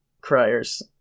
criers